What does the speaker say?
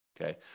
okay